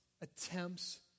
attempts